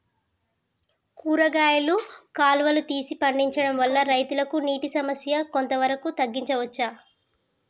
కూరగాయలు కాలువలు తీసి పండించడం వల్ల రైతులకు నీటి సమస్య కొంత వరకు తగ్గించచ్చా?